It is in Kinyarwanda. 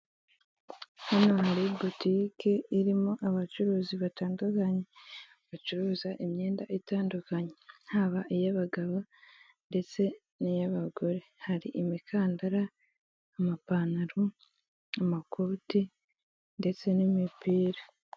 Hano hari butike irimo abacuruzi batandukanye, bacuruza imyenda itandukanye, haba iy'abagabo ndetse n'iy'abagore, hari imikandara n,amapantaro n'amakoti ndetse n'imipira.